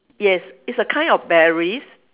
yes it's a kind of berries